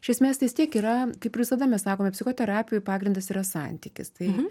iš esmės tai vis tiek yra kaip ir visada mes sakome psichoterapijoj pagrindas yra santykis tai